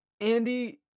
Andy